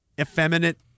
effeminate